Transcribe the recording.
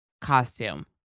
costume